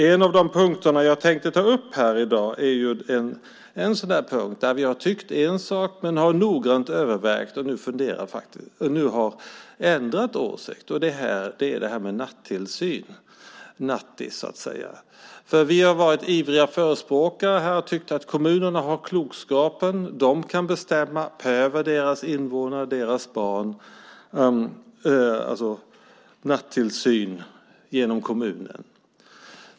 En av de punkter som jag tänkte ta upp här i dag gäller en fråga där vi har tyckt en sak men efter noggrant övervägande nu har ändrat åsikt. Det gäller nattillsyn - nattis. Vi har varit ivriga förespråkare för att kommunerna har klokskapen och kan bestämma i frågor om sina invånare och barn, till exempel i fråga om nattillsyn genom kommunen.